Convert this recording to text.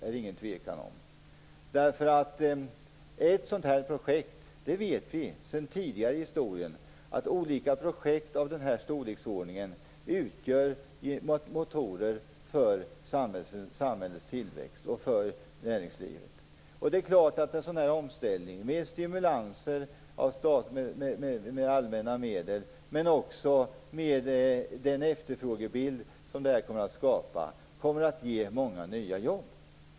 Vi vet sedan tidigare att projekt av denna storleksordning blir motorer för samhällets tillväxt och näringslivet. En omställning av detta slag, med stimulanser i form av allmänna medel och den efterfrågan som skapas, kommer att ge många nya jobb.